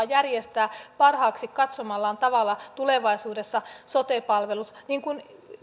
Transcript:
järjestää parhaaksi katsomallaan tavalla tulevaisuudessa sote palvelut niin kuin